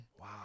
Wow